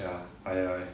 ya I I